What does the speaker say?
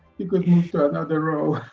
you could move to another row.